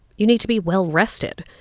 you need to be well-rested.